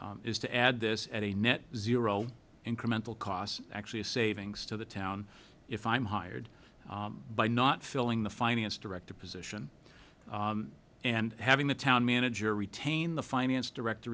is to add this at a net zero incremental costs actually a savings to the town if i'm hired by not filling the finance director position and having the town manager retain the finance director